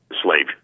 slave